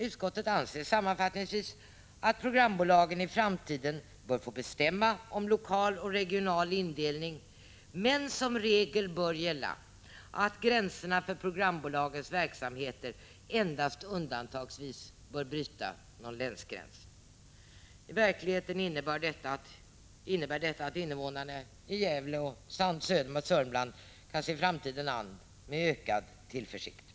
Utskottet anser sammanfattningsvis att programbolagen i framtiden bör få bestämma om lokal och regional indelning, men som regel bör gälla att gränserna för programbolagens verksamheter endast undantagsvis bör bryta någon länsgräns. I verkligheten innebär detta att invånarna i Gävle och Södermanland kan se framtiden an med ökad tillförsikt.